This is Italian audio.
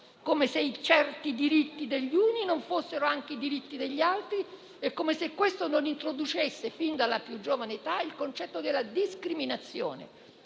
come se certi diritti degli uni non fossero anche i diritti degli altri e come se questo non introducesse, fin dalla più giovane età, il concetto di discriminazione.